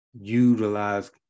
utilize